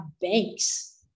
banks